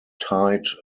tied